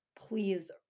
please